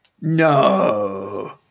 No